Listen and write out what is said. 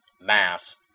Mass